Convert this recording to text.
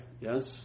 yes